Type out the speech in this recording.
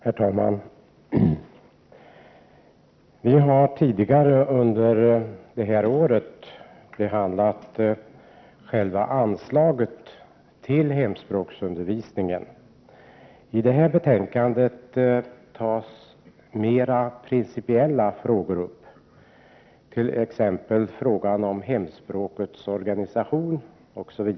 Herr talman! Riksdagen har tidigare i år behandlat anslaget till hemspråksundervisning. I detta betänkande tas mera principiella frågor upp, t.ex. frågan om hemspråkets organisation.